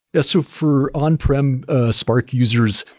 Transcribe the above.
ah so for on-prem spark users,